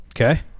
Okay